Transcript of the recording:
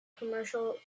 commercial